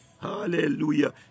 Hallelujah